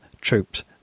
troops